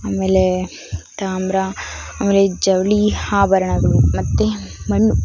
ಆಮೇಲೆ ತಾಮ್ರ ಆಮೇಲೆ ಜವಳಿ ಆಭರಣಗಳು ಮತ್ತು ಮಣ್ಣು